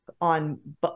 on